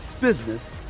business